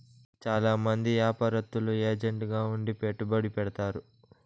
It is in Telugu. చాలా మంది యాపారత్తులు ఏజెంట్ గా ఉండి పెట్టుబడి పెడతారు